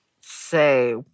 Say